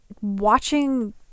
watching